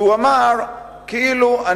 שהוא אמר כאילו,